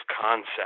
concept